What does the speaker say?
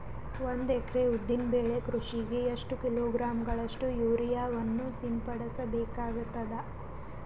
ಒಂದು ಎಕರೆ ಉದ್ದಿನ ಬೆಳೆ ಕೃಷಿಗೆ ಎಷ್ಟು ಕಿಲೋಗ್ರಾಂ ಗಳಷ್ಟು ಯೂರಿಯಾವನ್ನು ಸಿಂಪಡಸ ಬೇಕಾಗತದಾ?